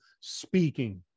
speaking